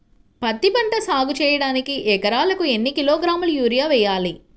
పత్తిపంట సాగు చేయడానికి ఎకరాలకు ఎన్ని కిలోగ్రాముల యూరియా వేయాలి?